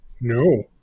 no